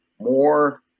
more